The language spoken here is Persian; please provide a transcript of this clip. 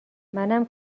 منم